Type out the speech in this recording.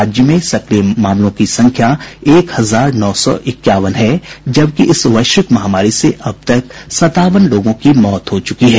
राज्य में सक्रिय मामलों की संख्या एक हजार नौ सौ इक्यावन है जबकि इस वैश्विक महामारी से अब तक सतावन लोगों की मौत हो चुकी है